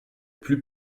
plus